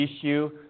issue